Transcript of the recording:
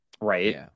right